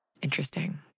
Interesting